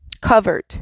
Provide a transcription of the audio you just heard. covered